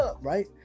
Right